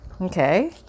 okay